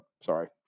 Sorry